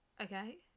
Okay